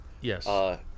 Yes